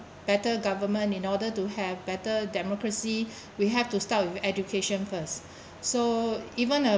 better government in order to have better democracy we have to start with education first so even a